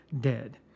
dead